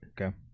okay